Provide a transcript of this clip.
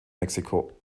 mexiko